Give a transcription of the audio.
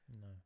No